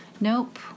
nope